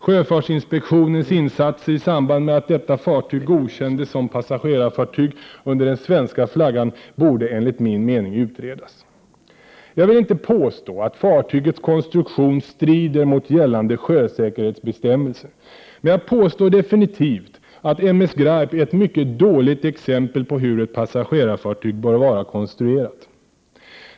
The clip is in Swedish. Sjöfartsinspektionens insatser i samband med att detta fartyg godkändes som passagerarfartyg under den svenska flaggan borde enligt min mening utredas. Jag vill inte påstå att fartygets konstruktion strider mot gällande sjösäkerhetsbestämmelser, men jag påstår definitivt att M/S Graip är ett mycket dåligt exempel på hur ett passagerarfartyg bör vara konstruerat.